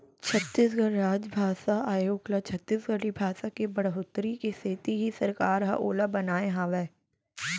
छत्तीसगढ़ राजभासा आयोग ल छत्तीसगढ़ी भासा के बड़होत्तरी के सेती ही सरकार ह ओला बनाए हावय